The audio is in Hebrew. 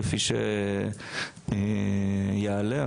כפי שיעלה,